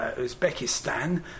Uzbekistan